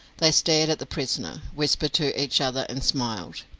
they stared at the prisoner, whispered to each other, and smiled.